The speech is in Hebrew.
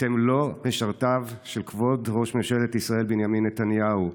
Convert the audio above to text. אתם לא משרתיו של כבוד ראש ממשלת ישראל בנימין נתניהו.